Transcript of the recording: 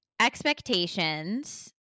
expectations